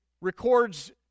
records